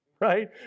Right